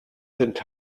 sind